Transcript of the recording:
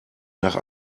nach